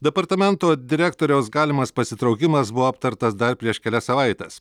departamento direktoriaus galimas pasitraukimas buvo aptartas dar prieš kelias savaites